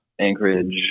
Anchorage